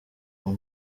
nko